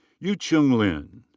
yu-chung lin.